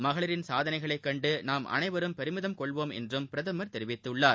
மகளிரின் சாதனைகளைக் கண்டு நாம் அனைவரும் பெருமிதம் கொள்வோம் என்றும் பிரதமர் தெரிவித்துள்ளார்